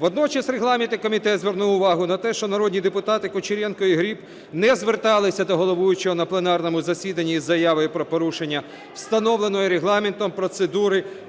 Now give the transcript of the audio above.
Водночас регламентний комітет звернув увагу на те, що народні депутати Кучеренко і Гриб не зверталися до головуючого на пленарному засіданні із заявою про порушення, встановленої Регламентом, процедури при